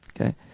Okay